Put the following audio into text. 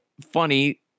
funny